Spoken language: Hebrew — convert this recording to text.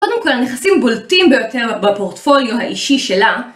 קודם כל הנכסים בולטים ביותר בפורטפוליו האישי שלה